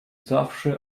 zawsze